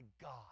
God